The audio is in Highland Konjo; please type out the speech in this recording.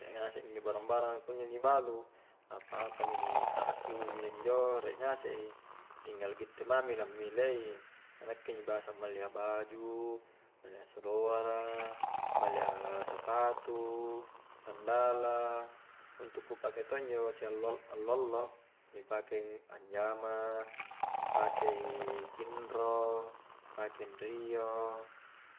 riek ngasek minjo barang-baranga kunjo ni balu apa-apa njo ni kakrakki kunjo-njo riek ngasek i tinggal gitte mami lammilei ka nakke injo biasa malli a baju, malli a salora malli a sapatu, sandala untu' ku pake to' injo siallo allo-allo, ni pake anjama ni pakei tinro pake anrio